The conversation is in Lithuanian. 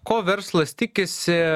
ko verslas tikisi